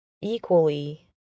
equally